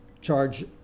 charge